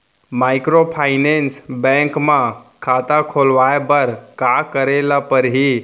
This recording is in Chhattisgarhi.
माइक्रोफाइनेंस बैंक म खाता खोलवाय बर का करे ल परही?